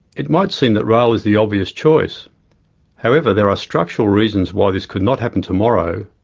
it might seem that rail is the obvious choice however, there are structural reasons why this could not happen tomorrow,